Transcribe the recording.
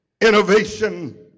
innovation